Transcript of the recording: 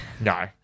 No